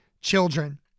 children